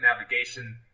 navigation